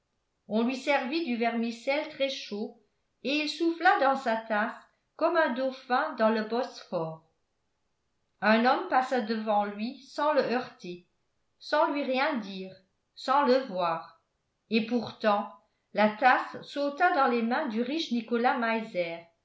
on lui servit du vermicelle très chaud et il souffla dans sa tasse comme un dauphin dans le bosphore un homme passa devant lui sans le heurter sans lui rien dire sans le voir et pourtant la tasse sauta dans les mains du riche nicolas